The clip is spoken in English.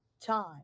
time